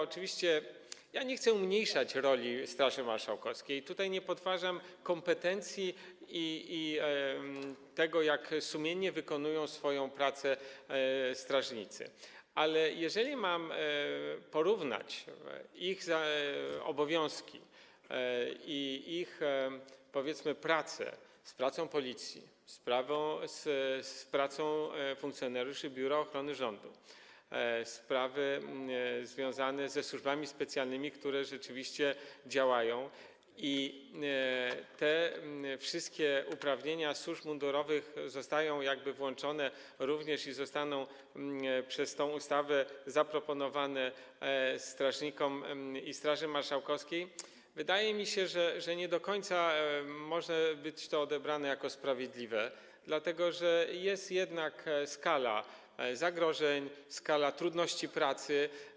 Oczywiście ja nie chcę umniejszać roli Straży Marszałkowskiej, nie podważam kompetencji i tego, jak sumiennie wykonują swoją pracę strażnicy, ale jeżeli mam porównać ich obowiązki i ich, powiedzmy, pracę z pracą Policji, z pracą funkcjonariuszy Biura Ochrony Rządu, ze sprawami związanymi ze służbami specjalnymi, które rzeczywiście działają, a te wszystkie uprawnienia służb mundurowych są tu jakby włączane, zostaną tą ustawą zaproponowane strażnikom, Straży Marszałkowskiej, to wydaje mi się, że nie do końca może być to odebrane jako sprawiedliwe, dlatego że jest jednak pewna skala zagrożeń, skala trudności pracy.